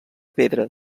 pedra